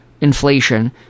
inflation